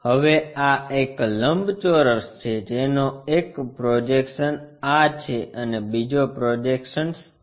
હવે આ એક લંબચોરસ છે જેનો એક પ્રોજેક્શન્સ આં છે અને બીજો પ્રોજેક્શન્સ તે છે